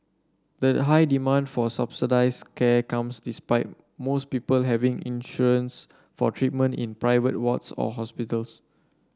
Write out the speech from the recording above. the high demand for subsidised care comes despite most people having insurance for treatment in private wards or hospitals